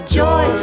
joy